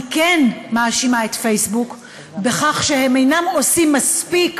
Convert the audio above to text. אני כן מאשימה את פייסבוק בכך שהם אינם עושים מספיק,